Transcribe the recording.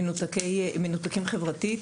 המנותקים חברתית.